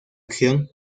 acción